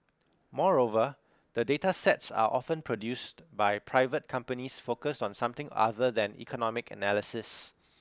moreover the data sets are often produced by private companies focused on something other than economic analysis